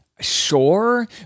Sure